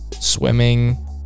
swimming